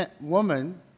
woman